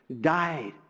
Died